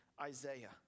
Isaiah